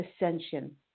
ascension